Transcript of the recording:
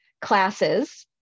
classes